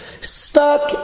Stuck